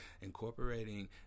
incorporating